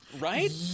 right